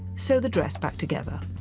sew the dress back together.